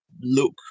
look